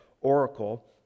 oracle